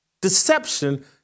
Deception